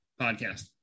podcast